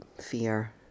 fear